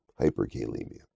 hyperkalemia